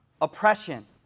Oppression